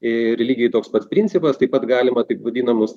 ir lygiai toks pats principas taip pat galima taip vadinamus